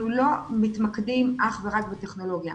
אנחנו לא מתמקדים אך ורק בטכנולוגיה.